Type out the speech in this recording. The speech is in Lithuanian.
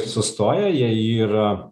sustoja jie yra